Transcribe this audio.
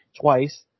twice